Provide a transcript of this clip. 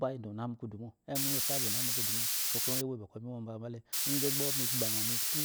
Ba yede ona mukudu mo emu mi ona nukudu mo sɔkuwo ngu ewo iyi bɔkɔ mi wo mbala mba le, inde gba mi gbama mutu